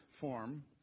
form